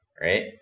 right